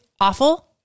awful